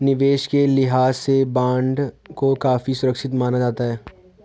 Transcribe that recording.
निवेश के लिहाज से बॉन्ड को काफी सुरक्षित माना जाता है